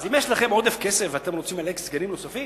אם יש לכם עודף כסף, ואתם רוצים כספים נוספים,